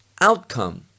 outcome